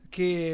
che